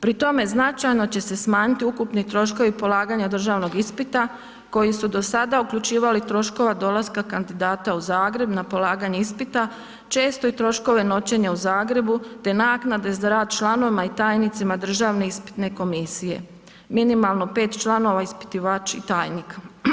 Pri tome značajno će se smanjiti ukupni troškovi polaganja državnog ispita koji su do sada uključivali troškove dolaska kandidata u Zagreb na polaganje ispita, često i troškove noćenja u Zagrebu te naknade članovima i tajnicima državne ispitne komisije, minimalno 5 članova, ispitivač i tajnik.